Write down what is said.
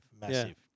massive